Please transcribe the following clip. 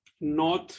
North